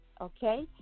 okay